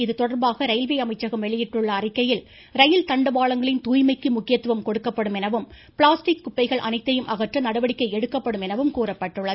இதுதொடர்பாக ரயில்வே அமைச்சகம் வெளியிட்டுள்ள அறிக்கையில் ரயில் தண்டவாளங்களின் துாய்மைக்கு முக்கியத்துவம் கொடுக்கப்படும் எனவும் பிளாஸ்டிக் குப்பைகள் அனைத்தையும் எனவும் கூறப்பட்டுள்ளது